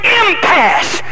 impasse